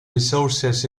resources